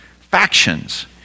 factions